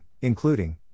including